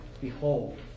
Behold